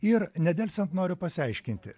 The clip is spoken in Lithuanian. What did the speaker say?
ir nedelsiant noriu pasiaiškinti